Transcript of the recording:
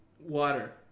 Water